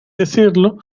decirlo